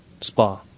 spa